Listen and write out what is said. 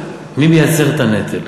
מי מייצר את הנטל,